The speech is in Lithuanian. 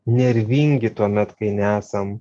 nervingi tuomet kai nesam